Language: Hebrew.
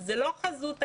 זה לא חזות הכול,